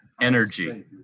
Energy